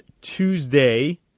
Tuesday